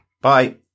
Bye